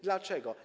Dlaczego?